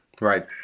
Right